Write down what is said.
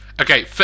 okay